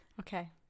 Okay